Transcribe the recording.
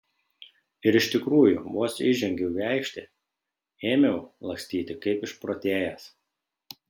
ir iš tikrųjų vos įžengiau į aikštę ėmiau lakstyti kaip išprotėjęs